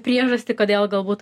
priežastį kodėl galbūt